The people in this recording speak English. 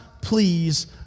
please